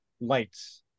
lights